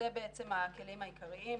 בעצם הכלים העיקריים.